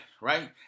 right